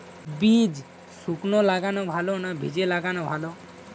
বীজ শুকনো লাগালে ভালো না ভিজিয়ে লাগালে ভালো?